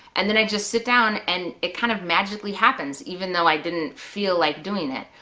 and then i just sit down and it kind of magically happens even though i didn't feel like doing it.